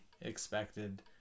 expected